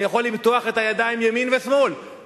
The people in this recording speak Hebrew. אני יכול למתוח את הידיים ימינה ושמאלה,